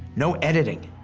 no editing.